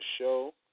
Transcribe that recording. show